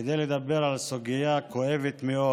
כדי לדבר על סוגיה כואבת מאוד